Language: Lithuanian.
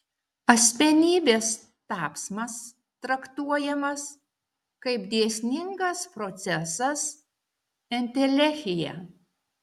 asmenybės tapsmas traktuojamas kaip dėsningas procesas entelechija